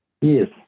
Yes